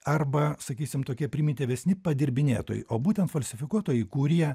arba sakysim tokie primityvesni padirbinėtojai o būtent falsifikuotojai kurie